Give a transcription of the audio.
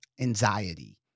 anxiety